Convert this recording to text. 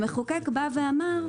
המחוקק אמר,